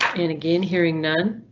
and again, hearing none.